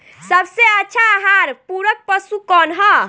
सबसे अच्छा आहार पूरक पशु कौन ह?